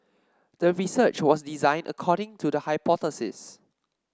the research was designed according to the hypothesis